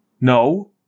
No